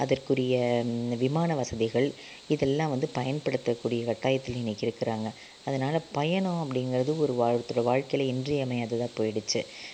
அதற்குரிய விமான வசதிகள் இதெல்லாம் வந்து பயன்படுத்தக்கூடிய கட்டாயத்தில் இன்னைக்கு இருக்குறாங்க அதனால பயணம் அப்படிங்கறது ஒரு வா ஒருத்தரோட வாழ்க்கையில் இன்றியமையாததாக போயிடுச்சு